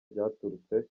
byaturutse